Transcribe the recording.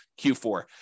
Q4